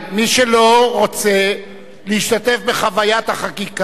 מי שלא רוצה להשתתף בחוויית החקיקה,